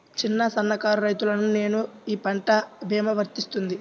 చిన్న సన్న కారు రైతును నేను ఈ పంట భీమా వర్తిస్తుంది?